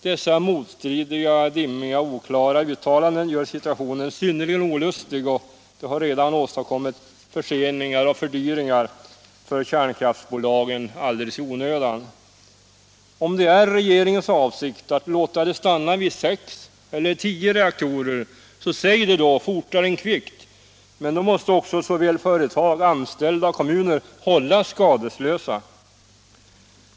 Dessa motstridiga, dimmiga och oklara uttalanden gör situationen synnerligen olustig och har redan åstadkommit förseningar och fördyringar för kärnkraftsbolagen alldeles i onödan. Om det är regeringens avsikt att stanna vid sex eller tio reaktorer: Säg det då, fortare än kvickt! Men då måste också såväl företag och anställda som kommuner hållas skadeslösa.